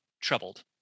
troubled